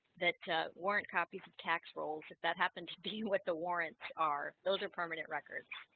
that weren't copies of tax rolls if that happened to be what the warrants are. those are permanent records